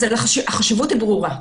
החשיבות היא ברורה,